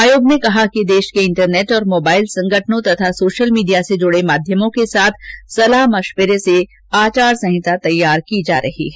आयोग ने कहा कि देश के इंटरनेट और मोबाईल संगठनों तथा सोशल मीडिया से जुड़े माध्यमों के साथ सलाह मशविरे से आचार संहिता तैयार की जा रही है